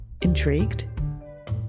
Intrigued